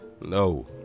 No